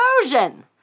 explosion